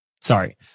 Sorry